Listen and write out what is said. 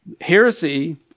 heresy